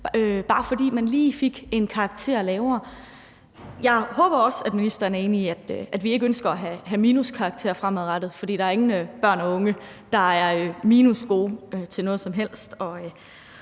bare fordi man lige fik en karakter lavere. Jeg håber også, at ministeren er enig i, at vi ikke ønsker at have minuskarakterer fremadrettet, for der er ingen børn og unge, der er minusgode til noget som helst.